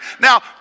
Now